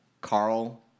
Carl